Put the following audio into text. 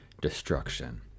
destruction